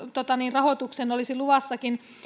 rahoitukseen olisi luvassakin